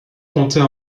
comptait